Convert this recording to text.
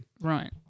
Right